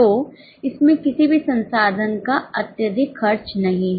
तो इसमें किसी भी संसाधन का अत्यधिक खर्च नहीं है